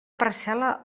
parcel·la